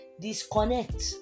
disconnect